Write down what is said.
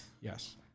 Yes